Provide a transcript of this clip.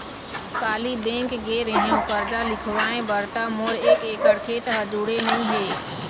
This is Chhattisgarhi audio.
काली बेंक गे रेहेव करजा लिखवाय बर त मोर एक एकड़ खेत ह जुड़े नइ हे